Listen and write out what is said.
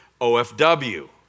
OFW